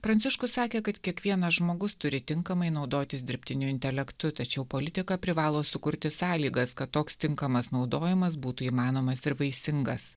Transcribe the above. pranciškus sakė kad kiekvienas žmogus turi tinkamai naudotis dirbtiniu intelektu tačiau politika privalo sukurti sąlygas kad toks tinkamas naudojimas būtų įmanomas ir vaisingas